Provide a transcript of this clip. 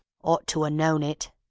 ought to a known it!